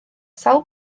sawl